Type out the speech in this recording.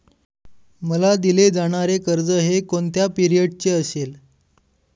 मला दिले जाणारे कर्ज हे कोणत्या पिरियडचे असेल?